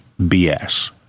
BS